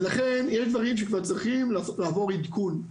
ולכן יש דברים שכבר צריכים לעבור עדכון.